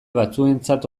batzuentzat